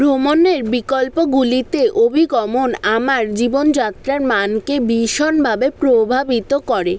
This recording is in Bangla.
ভ্রমণের বিকল্পগুলিতে অভিগমন আমার জীবনযাত্রার মানকে ভীষণভাবে প্রভাবিত করে